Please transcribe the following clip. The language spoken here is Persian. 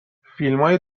فیلمای